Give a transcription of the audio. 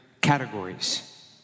categories